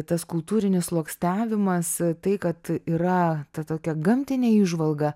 tas kultūrinis sluoksniavimas tai kad yra ta tokia gamtinė įžvalga